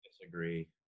disagree